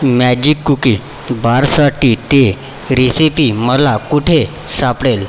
magic cookie बारसाठी ती recipe मला कुठे सापडेल